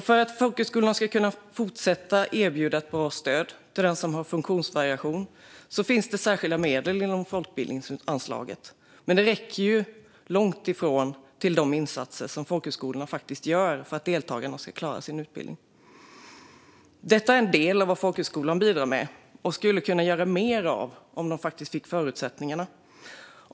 För att folkhögskolorna ska kunna fortsätta erbjuda ett bra stöd till dem som har funktionsvariationer finns det särskilda medel inom folkbildningsanslaget, men det räcker långt ifrån till de insatser som folkhögskolorna faktiskt gör för att deltagarna ska klara sin utbildning. Detta är en del av vad folkhögskolorna bidrar med och som de skulle kunna göra mer av om de fick förutsättningarna.